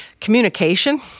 communication